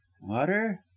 Water